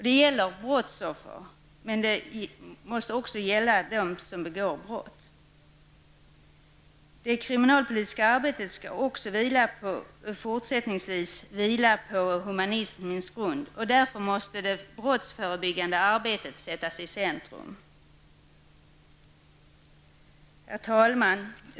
Det gäller brottsoffer, men det måste även gälla dem som begår brott. Det kriminalpolitiska arbetet skall också fortsättningsvis vila på humanismens grund, och därför måste det brottsförebyggande arbetet sättas i centrum. Herr talman!